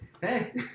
hey